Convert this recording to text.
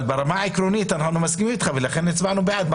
אבל ברמה העקרונית אנחנו מסכימים אתך ולכן הצבענו בעד.